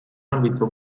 ambito